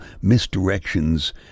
misdirections